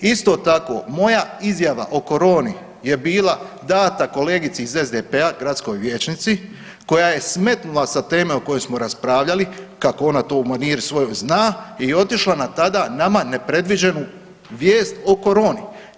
Isto tako, moja izjava o coroni je bila dana kolegici iz SDP-a, gradskoj vijećnici koja je smetnula sa teme o kojoj smo raspravljali kako ona to u maniri svojoj zna i otišla na tada nama nepredviđenu vijest o coroni.